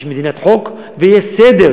יש מדינת חוק ויש סדר.